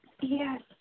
Yes